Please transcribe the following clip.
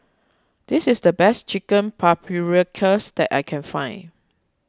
this is the best Chicken Paprikas that I can find